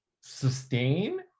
sustain